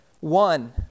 One